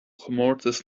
comórtas